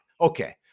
Okay